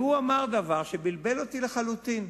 הוא אמר דבר שבלבל אותי לחלוטין.